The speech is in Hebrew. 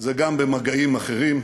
זה גם במגעים אחרים.